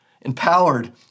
Empowered